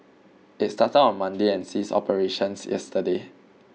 it started on Monday and ceased operations yesterday